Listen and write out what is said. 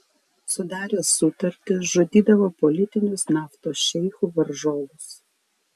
sudaręs sutartis žudydavo politinius naftos šeichų varžovus